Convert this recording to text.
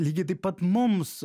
lygiai taip pat mums